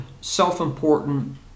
self-important